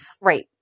Right